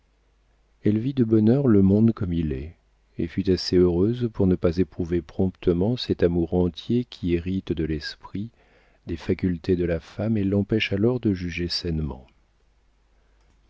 elle vit de bonne heure le monde comme il est et fut assez heureuse pour ne pas éprouver promptement cet amour entier qui hérite de l'esprit des facultés de la femme et l'empêche alors de juger sainement